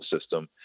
system